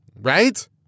right